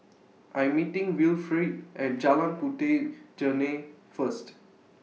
I'm meeting Wilfrid At Jalan Puteh Jerneh First